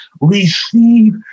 Receive